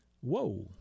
Whoa